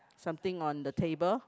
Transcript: something on the table